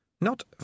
Not